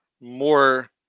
more